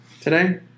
today